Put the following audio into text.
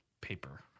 paper